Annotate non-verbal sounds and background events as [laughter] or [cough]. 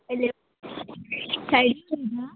hello [unintelligible] उलयता